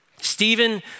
Stephen